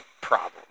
problem